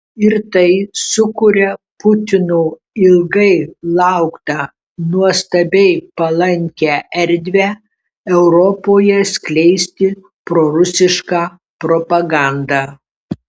ir tai sukuria putino ilgai lauktą nuostabiai palankią erdvę europoje skleisti prorusišką propagandą